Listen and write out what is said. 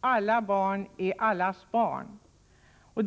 Alla barn är allas barn.